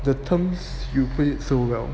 the terms you put it so well